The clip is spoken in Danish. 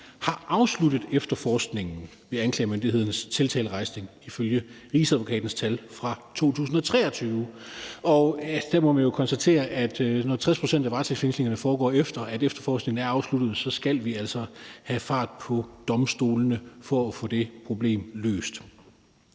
har afsluttet efterforskningen ved anklagemyndighedens tiltalerejsning. Det er ifølge Rigsadvokatens tal fra 2023. Der må man jo konstatere, at når 60 pct. af varetægtsfængslingerne foregår, efter at efterforskningen er afsluttet, så skal vi altså have fart på domstolene for at få det problem løst.